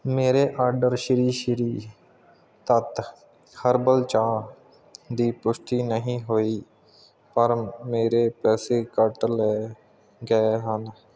ਮੇਰੇ order Shri Shri Tattva herbal ਚਾਹ ਦੀ ਪੁਸ਼ਟੀ ਨਹੀਂ ਹੋਈ ਪਰ ਮੇਰੇ ਪੈਸੇ ਕੱਟ ਲਏ ਗਏ ਹਨ